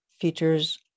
features